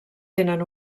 tenen